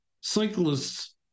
cyclists